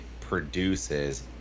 produces